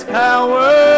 power